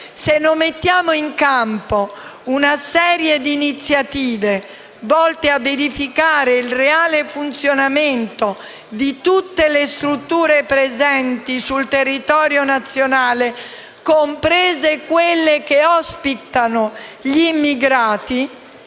Se non mettiamo in campo una serie di iniziative volte a verificare il reale funzionamento di tutte le strutture presenti sul territorio nazionale, comprese quelle che ospitano gli immigrati,